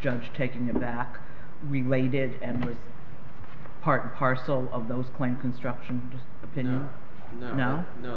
judge taking a back related and part and parcel of those quaint construction opinion no no